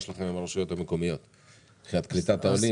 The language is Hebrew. שלכם עם הרשויות המקומיות מבחינת קליטת העולים,